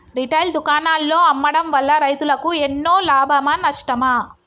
Retail దుకాణాల్లో అమ్మడం వల్ల రైతులకు ఎన్నో లాభమా నష్టమా?